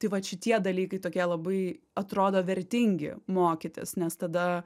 tai vat šitie dalykai tokie labai atrodo vertingi mokytis nes tada